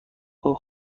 اوه